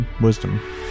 wisdom